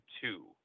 two